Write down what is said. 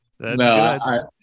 No